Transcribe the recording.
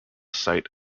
site